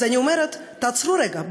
אז אני אומרת: תעצרו רגע.